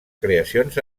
creacions